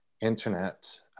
internet